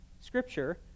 scripture